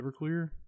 Everclear